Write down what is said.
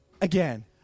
again